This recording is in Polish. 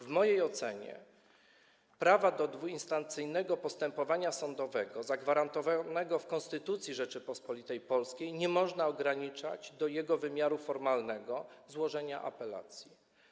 W mojej ocenie prawa do dwuinstancyjnego postępowania sądowego zagwarantowanego w Konstytucji Rzeczypospolitej Polskiej nie można ograniczać do jego wymiaru formalnego - złożenia apelacji.